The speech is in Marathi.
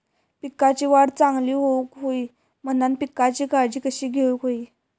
पिकाची वाढ चांगली होऊक होई म्हणान पिकाची काळजी कशी घेऊक होई?